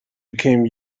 became